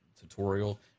tutorial